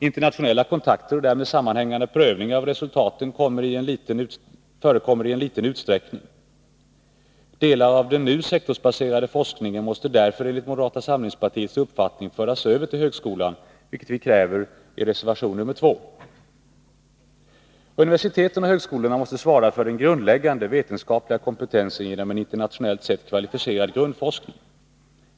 Internationella kontakter och därmed sammanhängande prövning av resultaten förekommer i liten utsträckning. Delar av den nu sektorsbaserade forskningen måste därför enligt moderata samlingspartiets uppfattning föras över till högskolan, vilket vi kräver i reservation nr 2; Universiteten och högskolorna måste svara för den grundläggande vetenskapliga kompetensen genom en internationellt sett kvalificerad grundforskning.